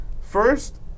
first